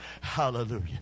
Hallelujah